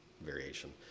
variation